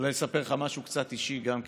אולי לספר לך משהו קצת אישי, גם כן,